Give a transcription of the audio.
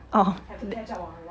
oh t~